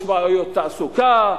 יש בעיות תעסוקה,